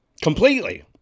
completely